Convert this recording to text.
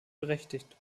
berechtigt